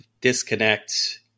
disconnect